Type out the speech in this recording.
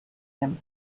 him